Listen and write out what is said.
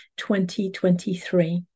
2023